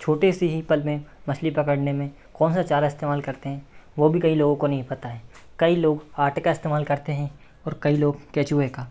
छोटे से ही पल में मछली पकड़ने में कौन सा चारा इस्तेमाल करते हैं वो भी कई लोगों को नहीं पता है कई लोग आटे का इस्तेमाल करते हैं और कई लोग केचुए का